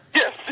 yes